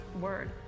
word